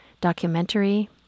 documentary